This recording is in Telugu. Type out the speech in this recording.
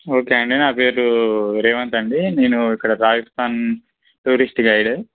ఓకే అండి నా పేరు రేవంత్ అండి నేను ఇక్కడ రాజస్థాన్ టూరిస్ట్ గైడే